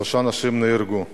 שלושה אנשים נהרגו,